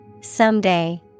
Someday